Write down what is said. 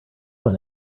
one